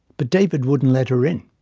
but david wouldn't let her in.